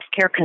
healthcare